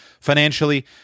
Financially